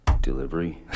delivery